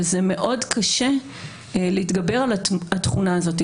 ומאוד קשה להתגבר על התכונה הזאת.